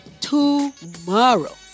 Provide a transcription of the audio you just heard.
tomorrow